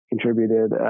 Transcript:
Contributed